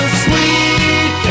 sweet